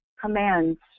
commands